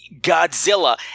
Godzilla